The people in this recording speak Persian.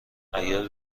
اگر